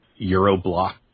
euroblock